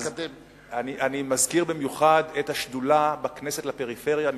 מזכיר במיוחד את השדולה לפריפריה בכנסת,